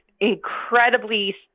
incredibly